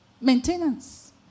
Maintenance